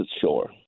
shore